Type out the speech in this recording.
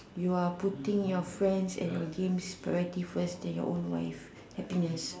you are putting your friends and your games priority first then your own wife happiness